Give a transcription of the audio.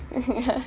ya